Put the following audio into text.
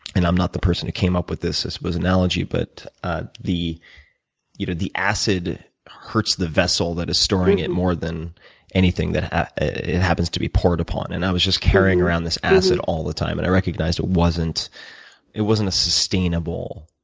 and i'm not the person who came up with this this analogy but ah the you know the acid hurts the vessel that is storing it more than anything that it happens to be poured upon. and i was just carrying around all this acid all the time and i recognized it wasn't it wasn't sustainable